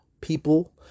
people